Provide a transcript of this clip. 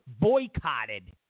boycotted